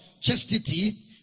chastity